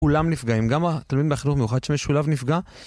כולם נפגעים, גם התלמיד מהחינוך המיוחד שמשולב נפגע